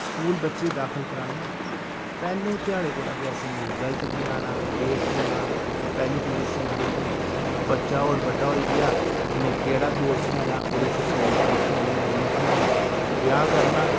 school बच्चे गी दाखल करान्ने आं पैहले ध्याड़े कोला गै असें गी रिजल्ट केह् आना केह् थ्होना पैहली पोजीशन आनी बच्चा होर बड्डा होई गेआ उन्नै केह्ड़ा कोर्स लैना ओह्दे च उसी नौकरी थ्होनी नेईं थ्होनी ब्याह करना